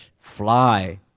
fly